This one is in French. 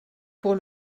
pour